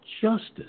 justice